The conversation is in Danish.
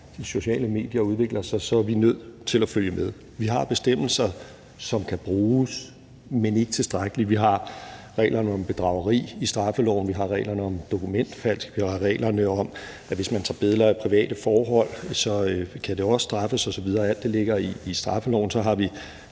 de sociale medier udvikler sig, er vi nødt til at følge med. Vi har bestemmelser, som kan bruges, men ikke tilstrækkeligt. Vi har reglerne om bedrageri i straffeloven, vi har reglerne om dokumentfalsk, vi har reglerne om, at hvis man tager billeder af private forhold, kan det også straffes, osv. – alt det ligger i straffeloven. Så har vi